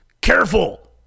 Careful